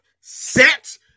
set